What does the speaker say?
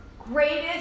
greatest